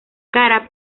cara